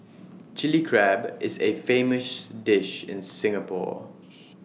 Chilli Crab is A famous dish in Singapore